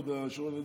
כבוד היושב-ראש,